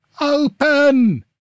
Open